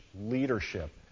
leadership